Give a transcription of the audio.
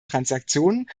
transaktionen